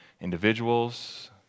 individuals